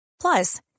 Plus